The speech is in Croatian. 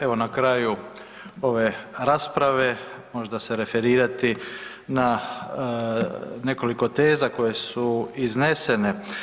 Evo na kraju ove rasprave možda se referirati na nekoliko teza koje su iznesene.